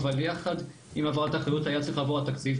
אבל יחד עם העברת האחריות היה צריך לעבור התקציב,